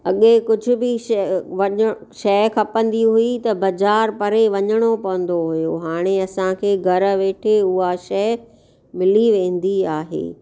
अॻे कुझु बि शइ शइ खपंदी हुई त बाज़ारि परे वञिणो पवंदो हुओ हाणे असांखे घर वेठे उहा शइ मिली वेंदी आहे